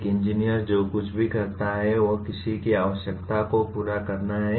एक इंजीनियर जो कुछ भी करता है वह किसी की आवश्यकता को पूरा करना है